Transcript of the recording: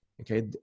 Okay